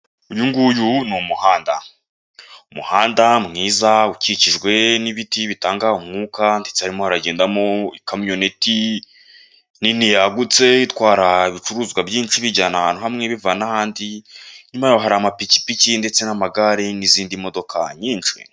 Uyu nguyu ni umuhanda, umuhanda mwiza ukikijwe n'ibiti bitanga umwuka ndetse harimo haragendamo ikamyoneti nini yagutse itwara ibicuruzwa byinshi ibijyana ahantu hamwe ibivana n'ahandi inyuma yaho hari amapikipiki ndetse n'amagare n'izindi modoka nyinshi.